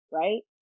right